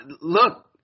look